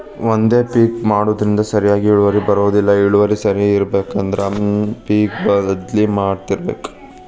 ಒಂದೇ ಪಿಕ್ ಮಾಡುದ್ರಿಂದ ಸರಿಯಾದ ಇಳುವರಿ ಬರುದಿಲ್ಲಾ ಇಳುವರಿ ಸರಿ ಇರ್ಬೇಕು ಅಂದ್ರ ಪಿಕ್ ಬದ್ಲಿ ಮಾಡತ್ತಿರ್ಬೇಕ